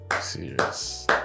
serious